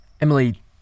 Emily